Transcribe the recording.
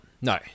no